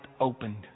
opened